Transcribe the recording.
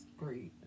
great